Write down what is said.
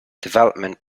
developmental